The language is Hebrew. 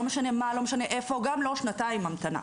לא משנה מה, לא משנה איפה, גם לא שנתיים המתנה.